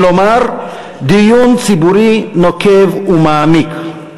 כלומר דיון ציבורי נוקב ומעמיק.